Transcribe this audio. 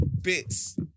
bits